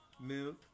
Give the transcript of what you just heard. Milk